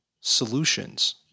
solutions